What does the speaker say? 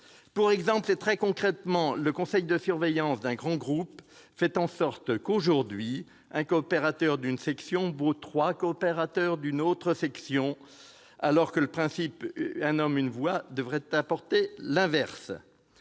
Pour exemple, et très concrètement, le conseil de surveillance d'un grand groupe fait aujourd'hui en sorte que le coopérateur d'une section vaut trois coopérateurs d'une autre section, alors que, selon le principe « un homme, une voix », cela devrait être l'inverse.